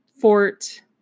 Fort